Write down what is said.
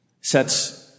sets